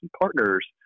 partners